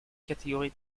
catégorie